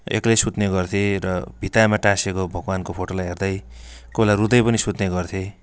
एक्लै सुत्ने गर्थेँ र भित्तामा टाँसिएको भगवान्को फोटोलाई हेर्दै कोही बेला रुँदै पनि सुत्ने गर्थेँ